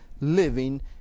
living